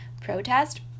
protest